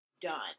done